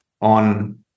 on